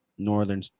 northern